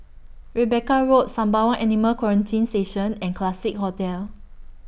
Rebecca Road Sembawang Animal Quarantine Station and Classique Hotel